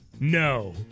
No